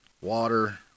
water